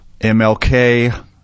MLK